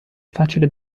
facile